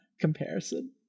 comparison